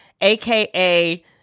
aka